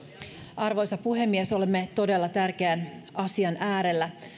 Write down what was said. arvoisa puhemies olemme todella tärkeän asian äärellä